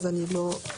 אז קודם כל,